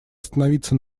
остановиться